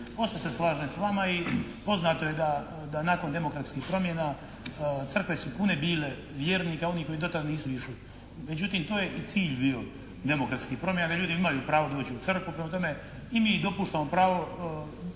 Posve se slažem s vama i poznato je da nakon demokratskih promjena crkve su pune bile vjernike, onih koji do tada nisu išli. Međutim to je i cilj bio demokratskih promjena da ljudi imaju pravo doći u crkvu. Prema tome, i mi dopuštamo pravo